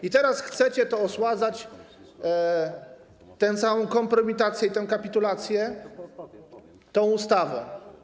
I teraz chcecie to osładzać, tę całą kompromitację i tę kapitulację, tą ustawą.